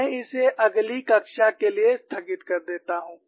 मैं इसे अगली कक्षा के लिए स्थगित कर देता हूं